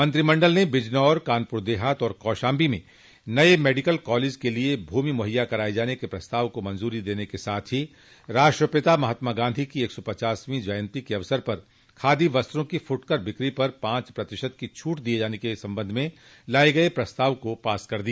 मंत्रिमंडल ने बिजनौर कानपुर देहात और कौशाम्बी मे नये मेडिकल कॉलेज के लिये भूमि मुहैया कराये जाने के प्रस्ताव को मंजूरी देने के साथ ही राष्ट्रपिता महात्मा गांधी की एक सौ पचासवीं जयन्ती के अवसर पर खादी वस्त्रों की फुटकर बिक्री पर पांच प्रतिशत की छूट दिये जाने के संबंध में लाये गये प्रस्ताव को पास कर दिया